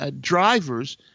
drivers